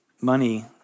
money